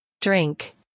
Drink